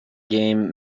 game